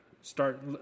start